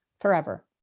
forever